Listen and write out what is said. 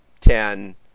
ten